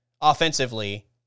offensively